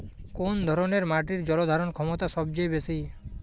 কোন ধরণের মাটির জল ধারণ ক্ষমতা সবচেয়ে বেশি?